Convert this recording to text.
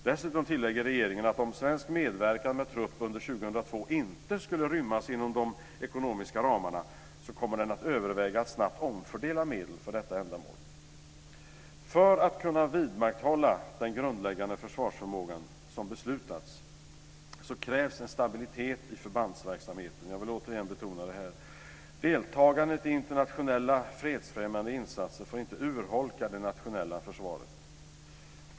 Dessutom tillägger regeringen att om svensk medverkan med trupp under år 2002 inte skulle rymmas inom de ekonomiska ramarna, kommer den att överväga att snabbt omfördela medel för detta ändamål. För att kunna vidmakthålla den grundläggande försvarsförmåga som beslutats krävs en stabilitet i förbandsverksamheten - jag vill återigen betona detta. Deltagandet i internationella fredsfrämjande insatser får inte urholka det nationella försvaret.